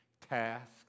tasks